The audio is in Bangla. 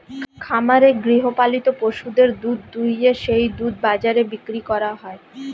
খামারে গৃহপালিত পশুদের দুধ দুইয়ে সেই দুধ বাজারে বিক্রি করা হয়